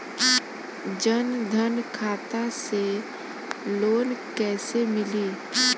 जन धन खाता से लोन कैसे मिली?